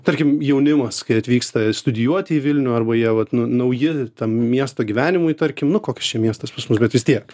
tarkim jaunimas kai atvyksta studijuoti į vilnių arba jie vat nu nauji tam miesto gyvenimui tarkim nu koks čia miestas pas mus bet vis tiek